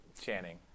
Channing